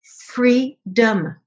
Freedom